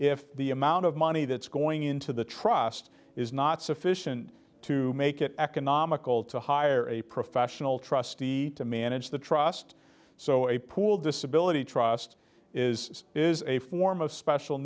if the amount of money that's going into the trust is not sufficient to make it economical to hire a professional trustee to manage the trust so a pool disability trust is is a form of special